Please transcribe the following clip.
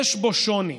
יש בו שוני,